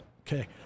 Okay